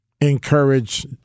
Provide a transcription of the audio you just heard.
encourage